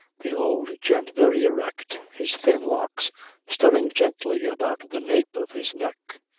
the old gent very erect, his thin locks stirring gently about the nape of his neck,